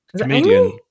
comedian